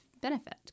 benefit